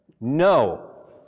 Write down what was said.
no